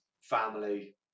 family